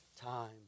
time